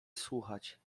słuchać